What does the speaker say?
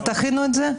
תכינו את זה?